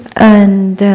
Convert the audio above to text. and